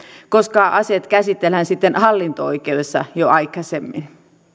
koska asiat käsitellään sitten hallinto oikeudessa jo aikaisemmin